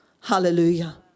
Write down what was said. Hallelujah